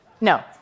No